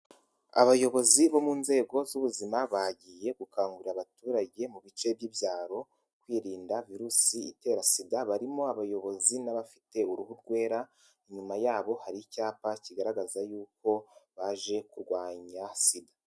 Abayobozi bo mu nzego z'ubuzima bagiye gukangurira abaturage mu bice by'ibyaro kwirinda virusi itera sida barimo abayobozi n'abafite uruhu rwera, inyuma yabo hari icyapa kigaragaza y'uko baje kurwanya sida.